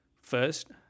First